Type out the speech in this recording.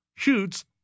Shoots